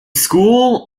school